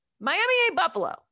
Miami-A-Buffalo